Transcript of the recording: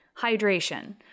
hydration